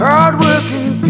Hard-working